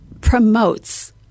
promotes